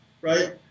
right